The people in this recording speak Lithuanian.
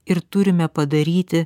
ir turime padaryti